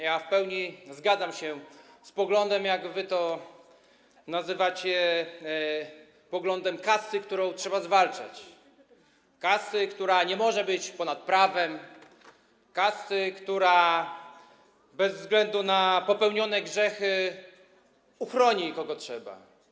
Ja w pełni zgadzam się z poglądem, jak wy to nazywacie, kasty, którą trzeba zwalczać, kasty, która nie może być ponad prawem, kasty, która bez względu na popełnione grzechy uchroni, kogo trzeba.